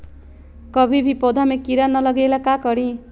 कभी भी पौधा में कीरा न लगे ये ला का करी?